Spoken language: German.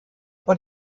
und